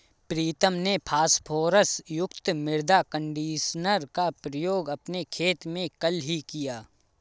प्रीतम ने फास्फोरस युक्त मृदा कंडीशनर का प्रयोग अपने खेत में कल ही किया